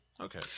Okay